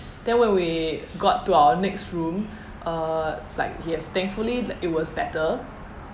then when we got to our next room err like yes thankfully it was better